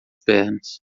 pernas